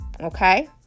Okay